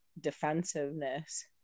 defensiveness